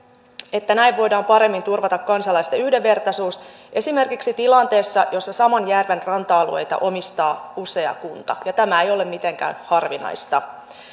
että näin voidaan paremmin turvata kansalaisten yhdenvertaisuus esimerkiksi tilanteessa jossa saman järven ranta alueita omistaa usea kunta ja tämä ei ole mitenkään harvinaista